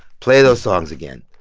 play those songs again.